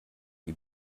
wie